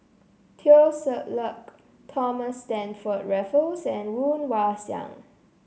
Teo Ser Luck Thomas Stamford Raffles and Woon Wah Siang